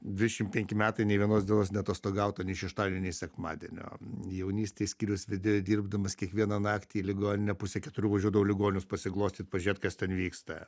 dvidešim penki metai nė vienos dienos neatostogauta nei šeštadienio sekmadienio jaunystėj skyriaus vedėju dirbdamas kiekvieną naktį į ligoninę pusę keturių važiuodavau ligonius pasiglostyt pažiūrėt kas ten vyksta